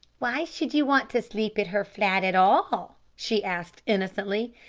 why should you want to sleep at her flat at all? she asked innocently.